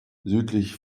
südlich